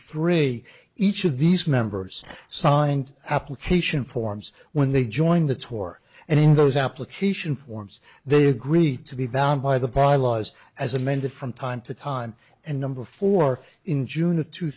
three each of these members signed application forms when they joined the tour and in those application forms they agreed to be bound by the pi laws as amended from time to time and number four in june of two